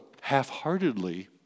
half-heartedly